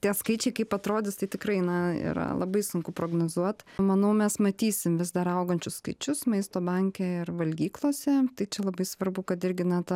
tie skaičiai kaip atrodys tai tikrai na yra labai sunku prognozuot manau mes matysim vis dar augančius skaičius maisto banke ir valgyklose tai čia labai svarbu kad irgi na ta